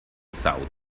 south